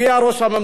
ראש הממשלה,